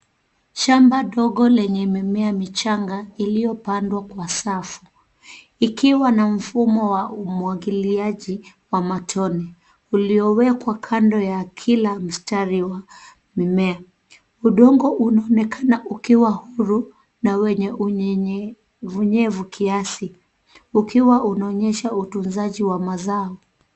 Shamba dogo lenye mimea michanga iliyopandwa kwa safu ikiwa na mfumo wa umwagiliaji wa matone uliowekwa kando ya kila mstari wa mimea. Udongo unaonekana ukiwa huru na wenye unyevunyevu kiasi ukiwa unaonyesha utunzaji wa mazao.